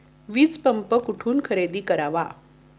वीजपंप कुठून खरेदी करावा?